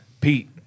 Pete